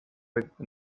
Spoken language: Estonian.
aidata